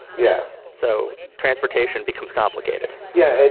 yeah. so transportation becomes complicated yeah. and